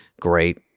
Great